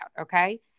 okay